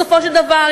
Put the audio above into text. בסופו של דבר,